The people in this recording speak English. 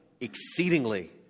exceedingly